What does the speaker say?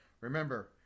Remember